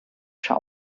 wäsche